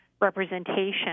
representation